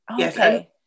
Okay